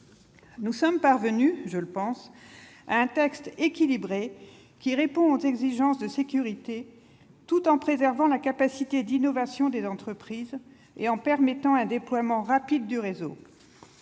Nous sommes ainsi parvenus, je pense, à un texte équilibré qui répond aux exigences de sécurité tout en préservant la capacité d'innovation des entreprises et en permettant un déploiement rapide du réseau